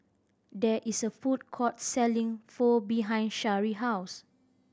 there is a food court selling Pho behind Shari house